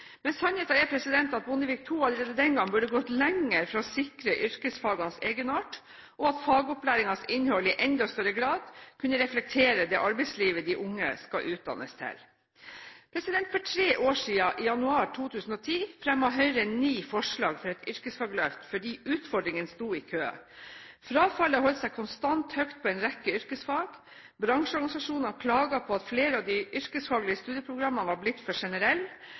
Men sannheten er at Bondevik II-regjeringen allerede den gang burde gått lenger for å sikre yrkesfagenes egenart, og at fagopplæringens innhold i enda større grad kunne reflektert det arbeidslivet de unge skal utdannes til. For tre år siden, i januar 2010, fremmet Høyre ni forslag for et yrkesfagløft fordi utfordringene sto i kø: Frafallet holdt seg konstant høyt på en rekke yrkesfag, bransjeorganisasjonene klaget på at flere av de yrkesfaglige studieprogrammene var blitt for generelle,